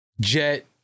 Jet